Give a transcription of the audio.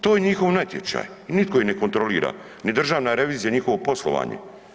To je njihov natječaj, nitko ih ne kontrolira, ni Državna revizija njihovo poslovanje.